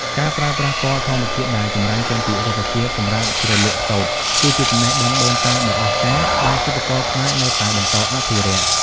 ការប្រើប្រាស់ពណ៌ធម្មជាតិដែលចម្រាញ់ចេញពីរុក្ខជាតិសម្រាប់ជ្រលក់សូត្រ គឺជាចំណេះដឹងដូនតាដ៏អស្ចារ្យដែលសិប្បករខ្មែរនៅតែបន្តអភិរក្ស។